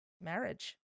marriage